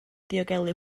diogelu